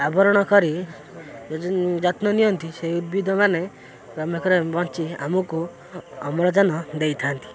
ଆବରଣ କରି ଯତ୍ନ ନିଅନ୍ତି ସେ ଉଦ୍ଭିଦ ମାନେ ବଞ୍ଚି ଆମକୁ ଅମଳାନ ଦେଇଥାନ୍ତି